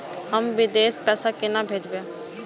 हम विदेश पैसा केना भेजबे?